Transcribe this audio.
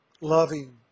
loving